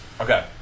Okay